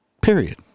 Period